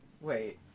wait